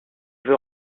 veut